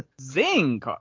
Zing